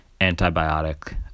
antibiotic